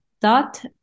dot